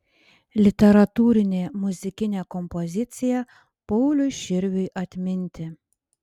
literatūrinė muzikinė kompozicija pauliui širviui atminti